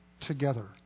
together